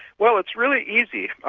well it's really easy.